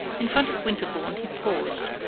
in front of winterbourne he paused,